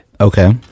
okay